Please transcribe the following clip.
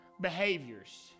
behaviors